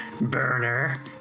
Burner